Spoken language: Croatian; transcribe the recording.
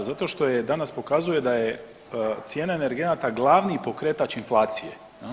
Zato što danas pokazuje da je cijena energenata glavni pokretač inflacije.